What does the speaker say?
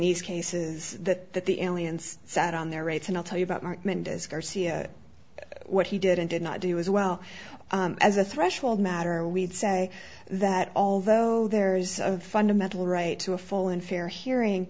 these cases that the aliens sat on their rights and i'll tell you about mark mendez garcia what he did and did not do as well as a threshold matter we'd say that although there is a fundamental right to a full and fair hearing